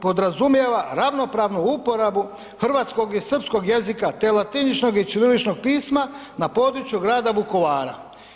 Podrazumijeva ravnopravnu uporabu hrvatskog i srpskog jezika te latiničnog i ćiriličnog pisma na području grada Vukovara.